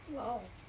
!wow!